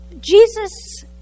Jesus